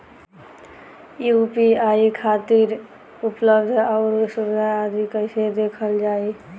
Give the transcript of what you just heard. UPI खातिर उपलब्ध आउर सुविधा आदि कइसे देखल जाइ?